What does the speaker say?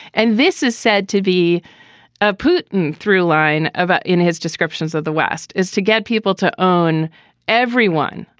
and this is said to be a puton through line of ah in his descriptions of the west is to get people to own everyone.